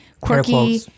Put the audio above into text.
quirky